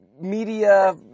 media